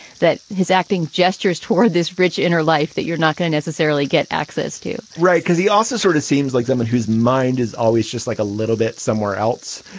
that his acting gestures toward this rich inner life that you're not gonna necessarily get access to right. because he also sort of seems like someone whose mind is always just like a little bit somewhere else,